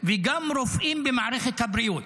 וגם רופאים במערכת הבריאות.